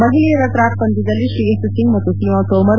ಮಹಿಳೆಯರ ಟ್ರಾಪ್ ಪಂದ್ಯದಲ್ಲಿ ಶ್ರೇಯಸಿ ಸಿಂಗ್ ಮತ್ತು ಸೀಮಾ ತೋಮರ್